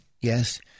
Yes